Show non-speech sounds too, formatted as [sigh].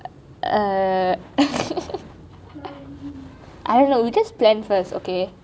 err [laughs] I dunno we just plan first okay